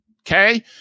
okay